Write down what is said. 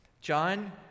John